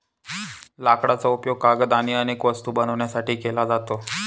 लाकडाचा उपयोग कागद आणि अनेक वस्तू बनवण्यासाठी केला जातो